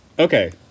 Okay